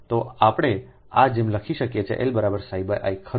તો આપણે આ જેમ લખી શકીએ કેL i ખરું